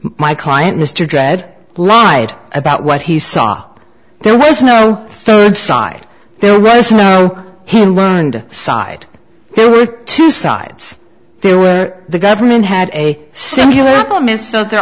my client mr dredd lied about what he saw there was no third side there rose no he learned side there were two sides there were the government had a singular